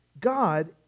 God